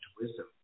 wisdom